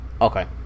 Okay